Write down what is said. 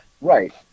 Right